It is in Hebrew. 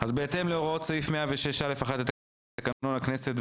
בהתאם להוראות סעיף 106(א)(1) לתקנון הכנסת,